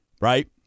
right